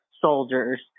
soldiers